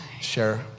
share